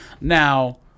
Now